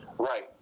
right